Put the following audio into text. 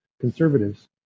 conservatives